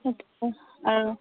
আৰু